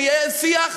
ויהיה שיח,